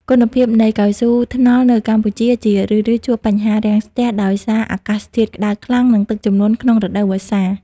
គុណភាពនៃកៅស៊ូថ្នល់នៅកម្ពុជា ជារឿយៗជួបបញ្ហារាំងស្ទះដោយសារអាកាសធាតុក្ដៅខ្លាំង និងទឹកជំនន់ក្នុងរដូវវស្សា។